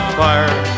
fire